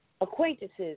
acquaintances